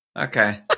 Okay